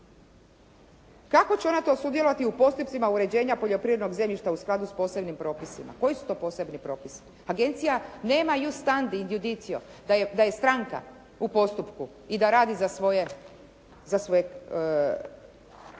Kako će ona to sudjelovati u postupcima uređenja poljoprivrednog zemljišta u skladu s posebnim propisima? Koji su to posebni propisi? Agencija nema … /Govornica se ne razumije./ … da je stranka u postupku i da radi za svoje zainteresirane